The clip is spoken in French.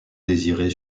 désirée